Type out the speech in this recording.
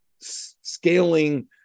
scaling